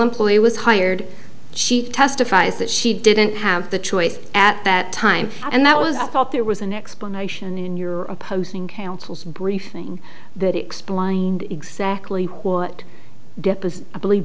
employee was hired she testifies that she didn't have the choice at that time and that was i thought there was an explanation in your opposing counsel briefing that explained exactly what deposition i believe